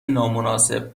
نامناسب